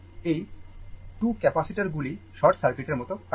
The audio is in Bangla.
এই 2 ক্যাপাসিটারগুলি শর্ট সার্কিটের মতো কাজ করে